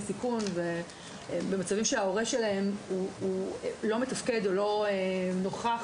סיכון ובמצבים שההורה שלהם לא מתפקד או לא נוכח,